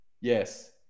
Yes